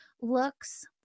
looks